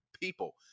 people